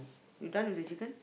we done with the chicken